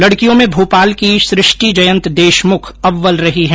लडकियों में भोपाल की सृष्टि जयंत देशमुख अव्वल रही है